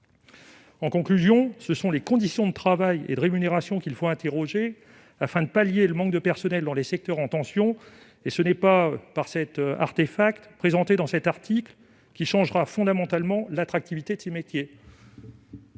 En conclusion, c'est sur les conditions de travail et de rémunération qu'il faut s'interroger, afin de remédier au manque de personnel dans les secteurs en tension, et ce n'est pas l'artefact proposé dans cet article qui changera fondamentalement l'attractivité de ces métiers.